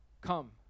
Come